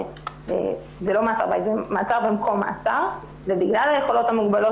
זה לא מעצר בית אלא מעצר במקום מאסר ובגלל היכולות המוגבלות